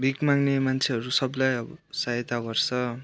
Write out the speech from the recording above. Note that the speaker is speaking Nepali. भिख माग्ने मान्छेहरू सबलाई अब सहायता गर्छ